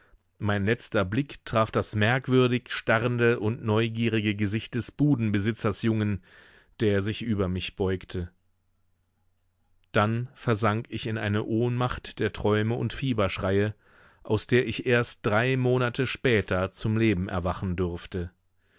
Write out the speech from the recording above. mein letzter blick traf das merkwürdig starrende und neugierige gesicht des budenbesitzersjungen der sich über mich beugte dann versank ich in eine ohnmacht der träume und fieberschreie aus der ich erst drei monate später zum leben erwachen durfte